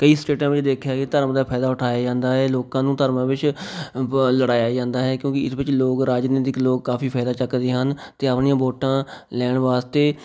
ਕਈ ਸਟੇਟਾਂ ਵਿੱਚ ਦੇਖਿਆ ਕਿ ਧਰਮ ਦਾ ਫਾਇਦਾ ਉਠਾਇਆ ਜਾਂਦਾ ਹੈ ਲੋਕਾਂ ਨੂੰ ਧਰਮਾਂ ਵਿੱਚ ਬ ਲੜਾਇਆ ਜਾਂਦਾ ਹੈ ਕਿਉਂਕਿ ਇਸ ਵਿੱਚ ਲੋਕ ਰਾਜਨੀਤਿਕ ਲੋਕ ਕਾਫ਼ੀ ਫਾਇਦਾ ਚੱਕਦੇ ਹਨ ਅਤੇ ਆਪਣੀਆਂ ਵੋਟਾਂ ਲੈਣ ਵਾਸਤੇ